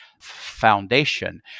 foundation